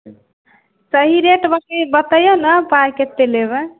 सही रेट बतैऔ ने पाइ कतेक लेबै